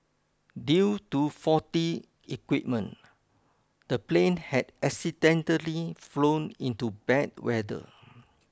due to faulty equipment the plane had accidentally flown into bad weather